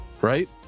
right